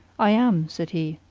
i am, said he.